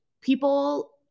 people